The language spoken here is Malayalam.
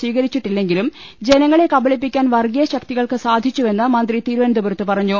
സ്വീക രിച്ചിട്ടില്ലെങ്കിലും ജനങ്ങളെ കബളിപ്പിക്കാൻ വർഗീയ ശക്തി കൾക്ക് സാധിച്ചുവെന്ന് മന്ത്രി തിരുവനന്തപുരത്ത് പറഞ്ഞു